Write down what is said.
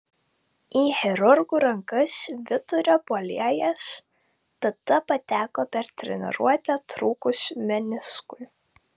į chirurgų rankas vidurio puolėjas tada pateko per treniruotę trūkus meniskui